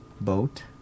boat